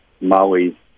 Maui